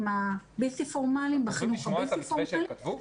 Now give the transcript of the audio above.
הבלתי פורמליים בחינוך הבלתי פורמלי.